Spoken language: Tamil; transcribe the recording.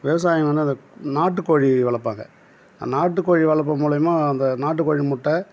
விவசாயி வந்து அந்த நாட்டுக்கோழி வளர்ப்பாங்க அந்த நாட்டுக்கோழி வளர்ப்பு மூலிமா அந்த நாட்டுக்கோழி முட்டை